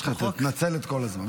תנצל את כל הזמן.